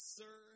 sir